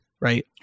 Right